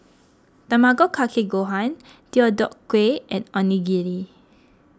Tamago Kake Gohan Deodeok Gui and Onigiri